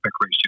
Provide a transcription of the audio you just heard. ratio